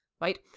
right